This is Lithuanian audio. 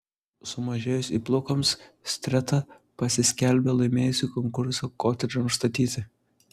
sumažėjus įplaukoms streta pasiskelbė laimėjusi konkursą kotedžams statyti